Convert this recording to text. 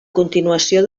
continuació